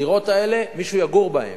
הדירות האלה, מישהו יגור בהן.